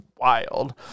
wild